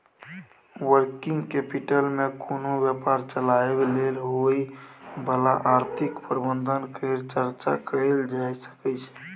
working capital मे कोनो व्यापार चलाबय लेल होइ बला आर्थिक प्रबंधन केर चर्चा कएल जाए सकइ छै